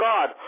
God